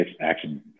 action